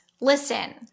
Listen